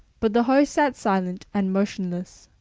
but the host sat silent and motionless.